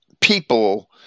people